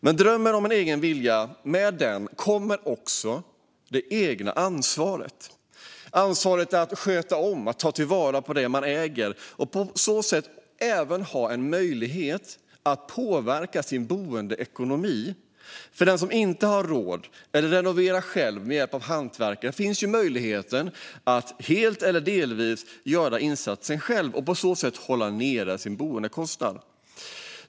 Med drömmen om en egen villa kommer också det egna ansvaret för att sköta om och ta vara på det man äger för att på så sätt även ha möjlighet att påverka sin boendeekonomi. För den som inte har råd att renovera med hjälp av hantverkare finns ju möjligheten att helt eller delvis göra insatsen själv och på så sätt hålla ned sin boendekostnad.